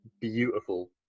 beautiful